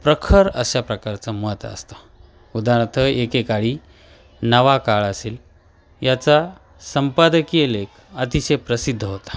प्रखर अशा प्रकारचं मत असतं उदाहरणार्थ एकेकाळी नावा काळ असेल याचा संपादकीय लेख अतिशय प्रसिद्ध होता